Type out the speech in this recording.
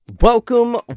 Welcome